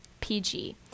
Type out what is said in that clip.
PG